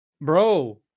bro